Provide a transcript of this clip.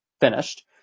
finished